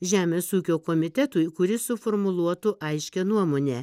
žemės ūkio komitetui kuris suformuluotų aiškią nuomonę